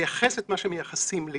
לייחס את מה שמייחסים לי